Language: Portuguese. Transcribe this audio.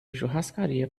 churrascaria